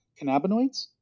cannabinoids